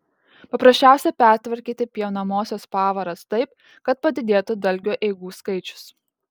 paprasčiausia pertvarkyti pjaunamosios pavaras taip kad padidėtų dalgio eigų skaičius